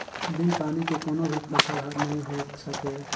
बिन पानी के कोनो भी फसल हर नइ होए सकय